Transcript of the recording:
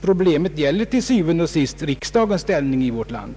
Problemet gäller til syvende og sidst riksdagens ställning i vårt land.